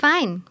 Fine